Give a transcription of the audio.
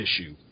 issue